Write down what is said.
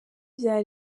bya